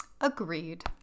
Agreed